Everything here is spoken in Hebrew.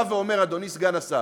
פה אני בא ואומר, אדוני סגן השר,